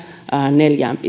neljään